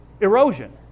Erosion